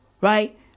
Right